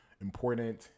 important